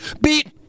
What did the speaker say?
beat